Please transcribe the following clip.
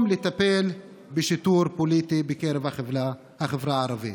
לטפל בשיטור פוליטי בקרב החברה הערבית.